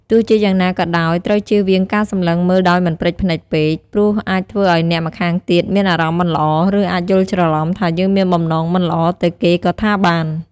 ទោះជាយ៉ាងណាក៏ដោយ ត្រូវចៀសវាងការសម្លឹងមើលដោយមិនព្រិចភ្នែកពេក ព្រោះអាចធ្វើឲ្យអ្នកម្ខាងទៀតមានអារម្មណ៍មិនល្អ ឬអាចយល់ច្រឡំថាយើងមានបំណងមិនល្អទៅគេក៍ថាបាន។